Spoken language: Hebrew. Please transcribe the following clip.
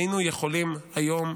היינו יכולים היום,